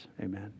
Amen